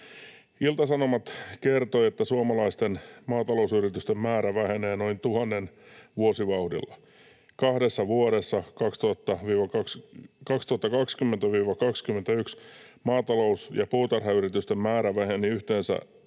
Ilta-Sanomat kertoi, että suomalaisten maatalousyritysten määrä vähenee noin tuhannen vuosivauhdilla. Kahdessa vuodessa, 2020—2021, maatalous- ja puutarhayritysten määrä väheni yhteensä yli